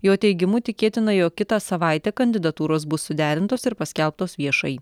jo teigimu tikėtina jog kitą savaitę kandidatūros bus suderintos ir paskelbtos viešai